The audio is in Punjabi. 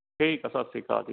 ਠੀਕ ਹੈ ਸਤਿ ਸ਼੍ਰੀ ਅਕਾਲ ਜੀ